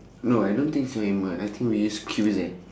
no I don't think so hammer I think we use Q_P_Z